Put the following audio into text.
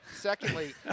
Secondly